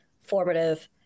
formative